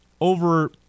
over